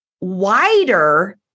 wider